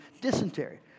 dysentery